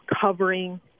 covering